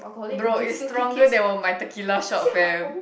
bro it's stronger than my tequila shot fam